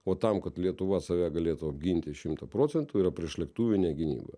o tam kad lietuva save galėtų apginti šimtu procentų yra priešlėktuvinė gynyba